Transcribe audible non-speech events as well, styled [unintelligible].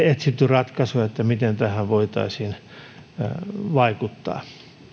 [unintelligible] etsitty ratkaisua miten tähän voitaisiin vaikuttaa